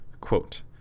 Quote